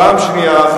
פעם שנייה,